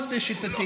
מאוד שיטתי.